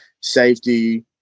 safety